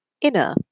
inner